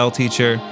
teacher